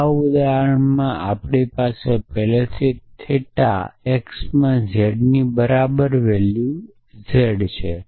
આ ઉદાહરણમાં આપણી પાસે પહેલેથી જ થીટા x માં z ની બરાબર વેલ્યુ z છે